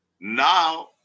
Now